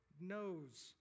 knows